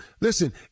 listen